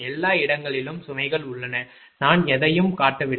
எல்லா இடங்களிலும் சுமைகள் உள்ளன நான் எதையும் காட்டவில்லை